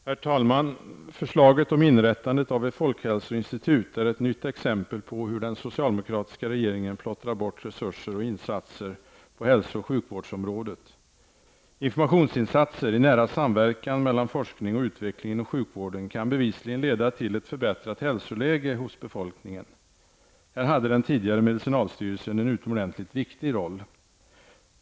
Herr talman! Förslaget om inrättandet av ett folkhälsoinstitut är ett nytt exempel på hur den socialdemokratiska regeringen plottrar bort resurser och insatser på hälso och sjukvårdsområdet. Informationsinsatser, i nära samverkan mellan forskning och utveckling inom sjukvården, kan bevisligen leda till ett förbättrat hälsoläge hos befolkningen. Här hade den tidigare medicinalstyrelsen en utomordentligt viktig roll.